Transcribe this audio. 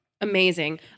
Amazing